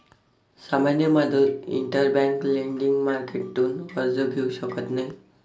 सामान्य माणूस interbank lending मार्केटतून कर्ज घेऊ शकत नाही